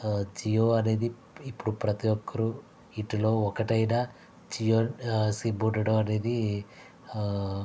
జియో అనేది ఇప్పుడు ప్రతి ఒక్కరు ఇంటిలో ఒకటైన జియో సిమ్ ఉండడం అనేది